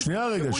שנייה רגע,